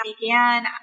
began